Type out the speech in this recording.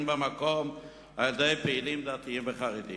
במקום על-ידי פעילים דתיים וחרדים.